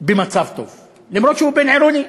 במצב טוב, למרות שהוא בין-עירוני.